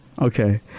Okay